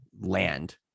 land